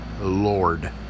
Lord